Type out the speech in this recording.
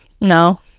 No